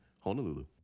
Honolulu